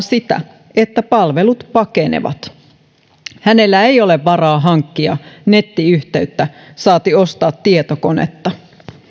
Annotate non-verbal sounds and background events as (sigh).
(unintelligible) sitä että palvelut pakenevat hänellä ei ole varaa hankkia nettiyhteyttä saati ostaa tietokonetta